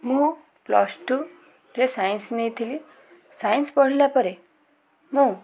ମୁଁ ପ୍ଲସ୍ ଟୁ'ରେ ସାଇନ୍ସ ନେଇଥିଲି ସାଇନ୍ସ ପଢ଼ିଲା ପରେ ମୁଁ